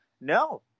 No